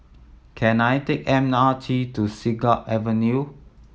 can I take M R T to Siglap Avenue